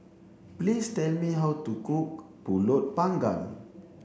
please tell me how to cook Pulut panggang